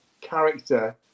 character